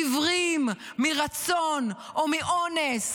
עיוורים מרצון או מאונס.